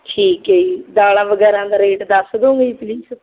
ਠੀਕ ਹੈ ਜੀ ਦਾਲਾਂ ਵਗੈਰਾ ਦਾ ਰੇਟ ਦੱਸ ਦੋਂਗੇ ਜੀ ਪਲੀਜ